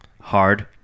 hard